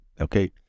Okay